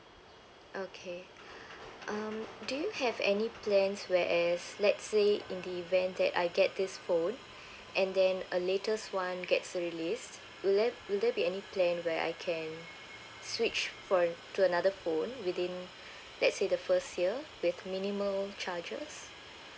okay um do you have any plans where as let's say in the event that I get this phone and then a latest one gets released will will there be any plan where I can switch for to another phone within let's say the first year with minimal charges